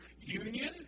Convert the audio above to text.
union